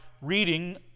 reading